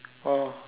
!wow!